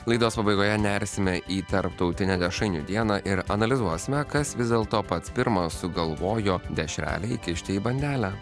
laidos pabaigoje nersime į tarptautinę dešrainių dieną ir analizuosime kas vis dėlto pats pirmas sugalvojo dešrelę įkišti į bandelę